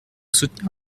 soutenir